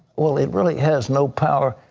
well it really has no power.